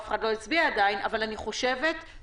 אף אחד לא הצביע עדיין אבל אני חושבת שברור